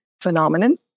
phenomenon